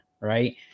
Right